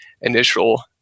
initial